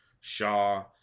Shaw